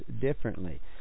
differently